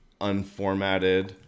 unformatted